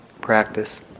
practice